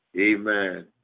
Amen